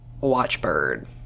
watchbird